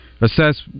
assess